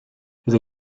his